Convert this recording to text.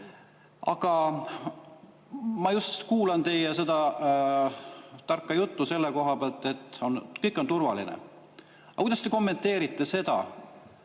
Aga ma just kuulan teie tarka juttu selle koha pealt, et kõik on turvaline. Aga kuidas te kommenteerite seda,